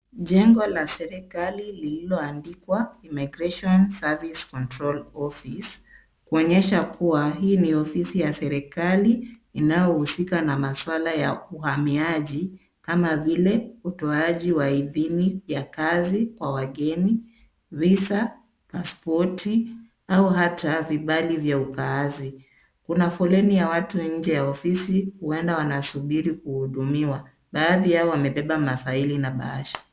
Jengo la serikali lililoandikwa Immigration service control office kuonyesha kuwa hii ni ofisi ya serikali inayohusika na maswala ya uhamiaji kama vile utoaji wa idhini ya kazi kwa wageni, Visa, pasipoti au hata vibali vya ukaazi. Kuna foleni ya watu nje ya ofisi huenda wanasubiri kuhudumiwa. Baadhi yao wamebeba mafaili na mabahasha.